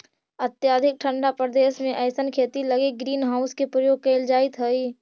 अत्यधिक ठंडा प्रदेश में अइसन खेती लगी ग्रीन हाउस के प्रयोग कैल जाइत हइ